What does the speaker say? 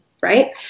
right